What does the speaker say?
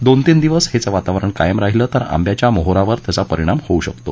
दोन तीन दिवस हेच वातावरण कायम राहिलं तर आंब्याच्या मोहरावर त्याचा परिणाम होऊ शकतो